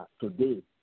today